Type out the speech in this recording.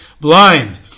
blind